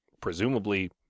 presumably